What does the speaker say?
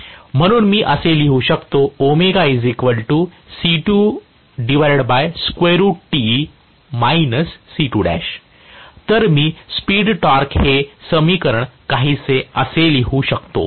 म्हणून मी हे असे लिहू शकतो तर मी स्पीड टॉर्क हे समीकरण काहीसे असे लिहू शकतो